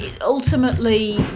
ultimately